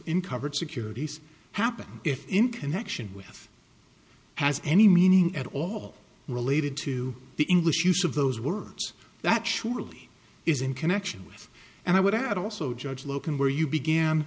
in covered securities happened if in connection with has any meaning at all related to the english use of those words that surely is in connection with and i would add also judge logan where you began